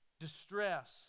distress